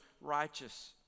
righteous